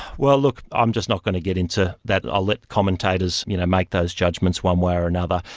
well look, i'm just not going to get into that. i'll let commentators, you know, make those judgments one way or another.